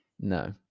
No